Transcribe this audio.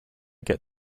get